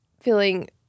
feeling